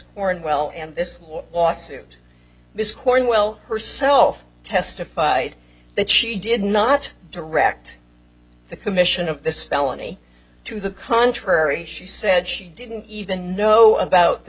unwell and this lawsuit this cornwell herself testified that she did not direct the commission of this felony to the contrary she said she didn't even know about the